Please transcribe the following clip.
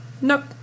nope